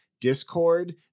discord